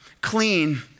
clean